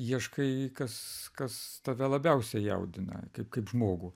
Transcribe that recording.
ieškai kas kas tave labiausiai jaudina kaip kaip žmogų